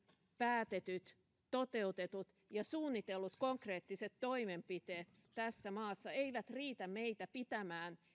päätetyt toteutetut ja suunnitellut konkreettiset toimenpiteet tässä maassa eivät riitä meitä pitämään